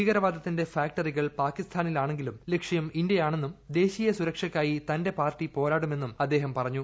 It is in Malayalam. ഭീകരവാദത്തിന്റെ ഫാക്ടറികൾ പാകിസ്ഥാനിലാണെങ്കിലും ലക്ഷ്യം ഇന്ത്യയാണെന്നും ദേശീയ സുരക്ഷയ്ക്കായി തന്റെ പാർട്ടി പോരാടുമെന്നും അദ്ദേഹം പറഞ്ഞു